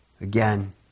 again